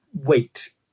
wait